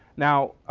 now,